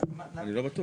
אני לא בטוח.